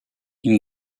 une